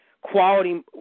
Quality